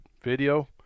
video